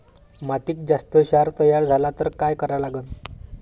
मातीत जास्त क्षार तयार झाला तर काय करा लागन?